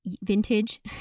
vintage